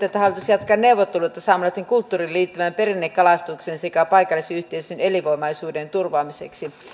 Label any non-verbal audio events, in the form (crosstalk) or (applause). (unintelligible) että hallitus jatkaa neuvotteluita saamelaisten kulttuuriin liittyvän perinnekalastuksen sekä paikallisyhteisöjen elinvoimaisuuden turvaamiseksi